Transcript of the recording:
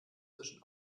zwischen